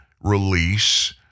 release